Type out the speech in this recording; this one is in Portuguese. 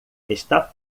está